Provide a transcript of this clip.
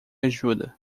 ajuda